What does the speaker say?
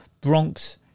bronx